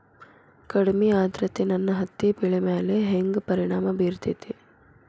ಕಡಮಿ ಆದ್ರತೆ ನನ್ನ ಹತ್ತಿ ಬೆಳಿ ಮ್ಯಾಲ್ ಹೆಂಗ್ ಪರಿಣಾಮ ಬಿರತೇತಿ?